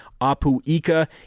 Apu-Ika